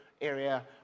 area